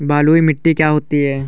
बलुइ मिट्टी क्या होती हैं?